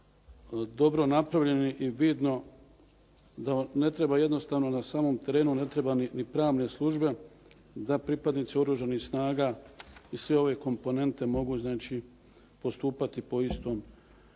dobro napravljeni i vidno da ne treba jednostavno na samom terenu ne treba ni pravne službe da pripadnici Oružanih snaga i sve ove komponente mogu postupati po istom sporazumu